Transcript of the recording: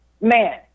man